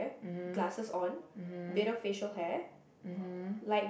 mmhmm mmhmm mmhmm